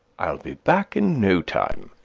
i'll be back in no time.